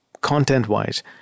content-wise